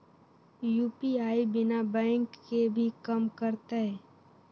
UPI बिना bank के भी कम करतै?